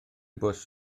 bws